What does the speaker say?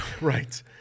Right